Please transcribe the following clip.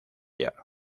york